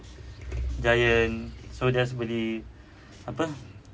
giant so just beli apa